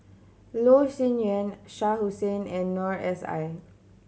Loh Sin Yun Shah Hussain and Noor S I